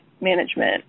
management